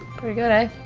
pretty good, ah?